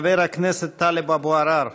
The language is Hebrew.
חבר הכנסת טלב אבו עראר,